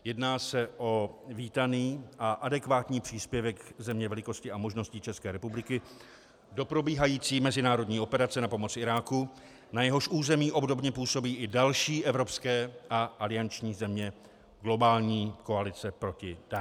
Jedná se o vítaný a adekvátní příspěvek země velikosti a možností ČR do probíhající mezinárodní operace na pomoc Iráku, na jehož území obdobně působí i další evropské a alianční země globální koalice proti Daiš.